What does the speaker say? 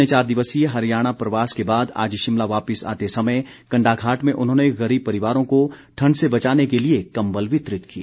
अपने चार दिवसीय हरियाणा प्रवास के बाद आज शिमला वापिस आते समय कण्डाघाट में उन्होंने गरीब परिवारों को ठण्ड से बचाने के लिए कम्बल वितरित किए